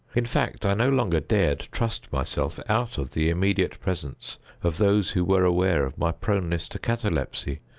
in fact, i no longer dared trust myself out of the immediate presence of those who were aware of my proneness to catalepsy,